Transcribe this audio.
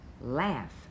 laugh